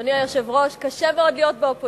אדוני היושב-ראש, קשה מאוד להיות באופוזיציה.